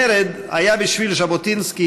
המרד היה בשביל ז'בוטינסקי